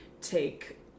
take